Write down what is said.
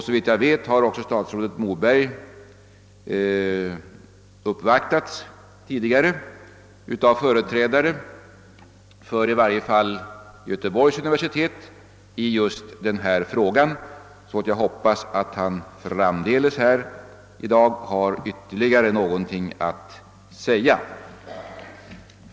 Såvitt jag vet har statsrådet Moberg också uppvaktats tidigare av företrädare för Göteborgs universitet i just denna fråga, och jag hoppas att statsrådet i ett kommande anförande i dag har ytterligare något att säga.